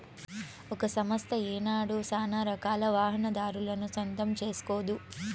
ఒక సంస్థ ఏనాడు సానారకాల వాహనాదారులను సొంతం సేస్కోదు